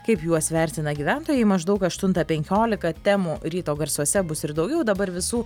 kaip juos vertina gyventojai maždaug aštuntą penkiolika temų ryto garsuose bus ir daugiau dabar visų